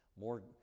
More